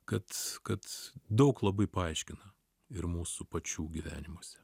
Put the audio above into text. kad kad daug labai paaiškina ir mūsų pačių gyvenimuose